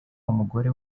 w’umugore